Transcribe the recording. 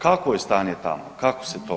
Kakvo je stanje tamo, kako se to?